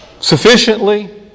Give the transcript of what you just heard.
sufficiently